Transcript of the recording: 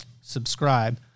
subscribe